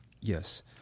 Yes